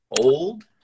old